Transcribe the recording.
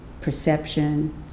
perception